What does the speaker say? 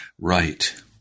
Right